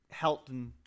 Helton